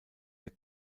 der